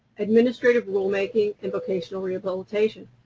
administrative rulemaking, and vocational rehabilitation.